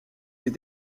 ses